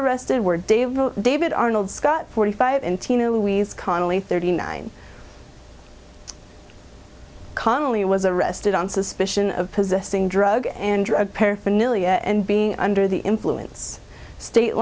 arrested were dave david arnold scott forty five and tina louise connelly thirty nine conley was arrested on suspicion of possessing drug and drug paraphernalia and being under the influence state